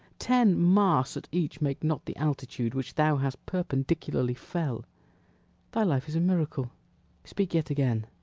ten masts at each make not the altitude which thou hast perpendicularly fell thy life is a miracle speak yet again.